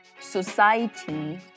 society